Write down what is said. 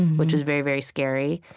which was very very scary.